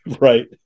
Right